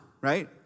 right